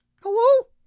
Hello